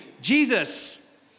Jesus